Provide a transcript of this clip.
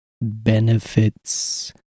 benefits